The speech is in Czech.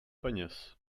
peněz